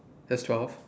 there's twelve